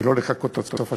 ולא לחכות עד סוף השנה.